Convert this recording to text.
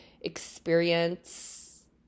experience